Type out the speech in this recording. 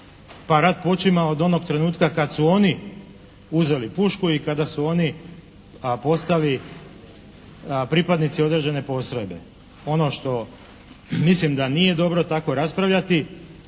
pa rat počima od onog trenutka kad su oni uzeli pušku i kada su oni postali pripadnici određene postrojbe. Ono što mislim da nije dobro tako raspravljati